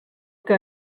que